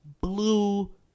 blue